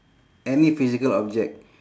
any physical object